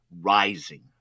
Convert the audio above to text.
Rising